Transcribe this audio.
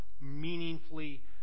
meaningfully